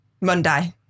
Monday